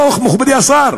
מכובדי השר,